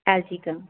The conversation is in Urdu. اچھا ٹھیک ہے